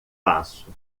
passo